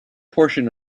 portion